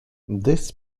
this